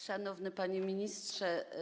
Szanowny Panie Ministrze!